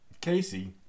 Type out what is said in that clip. Casey